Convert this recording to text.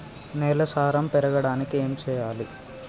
నేల సారం పెరగడానికి ఏం చేయాలి?